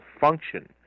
function